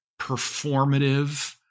performative